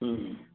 ह्म्म